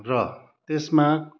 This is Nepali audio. र त्यसमा